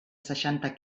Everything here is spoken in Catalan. seixanta